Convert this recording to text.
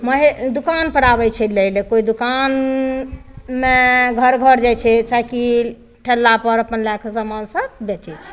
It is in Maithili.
महे दोकानपर आबै छै लै लए कोइ दोकानमे घर घर जाइ छै साइकिल ठेलापर अपन लए कऽ समान सब बेचै छै